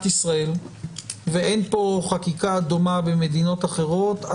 ישראל ואין פה חקיקה דומה במדינות אחרות,